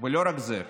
ולא רק זה.